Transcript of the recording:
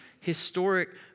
historic